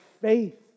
faith